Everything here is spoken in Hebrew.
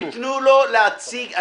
תנו לו להציג.